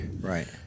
Right